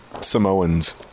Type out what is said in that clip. Samoans